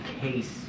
case